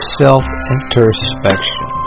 self-introspection